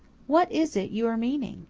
what is it you are meaning?